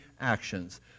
actions